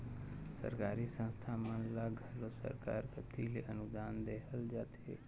सरकारी संस्था मन ल घलो सरकार कती ले अनुदान देहल जाथे